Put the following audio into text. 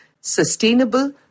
sustainable